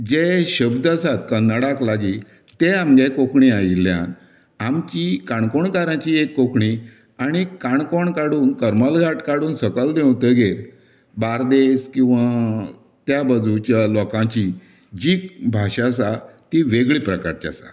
जे शब्द आसात कन्नडाक लागीं तें आमगे कोंकणीत आयिल्ल्यान आमची काणकोणकारांची कोंकणी आनी काणकोण काडून करमलघाट काडून सकयल देंवतकीर बार्देस किंवां त्या बाजूच्या लोकांची जी भाशा आसा तीं वेगळ्या प्रकारची आसा